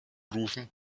rufen